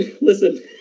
Listen